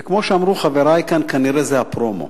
וכמו שאמרו חברי כאן, כנראה זה הפרומו.